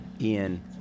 Ian